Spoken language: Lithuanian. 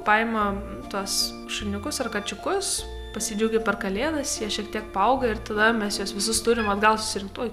paima tuos šuniukus ar kačiukus pasidžiaugia per kalėdas jie šiek tiek paauga ir tada mes juos visus turimatgal susirinkt oi